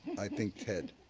i think ted.